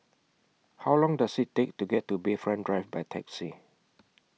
How Long Does IT Take to get to Bayfront Drive By Taxi